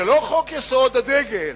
זה לא חוק-יסוד: הדגל,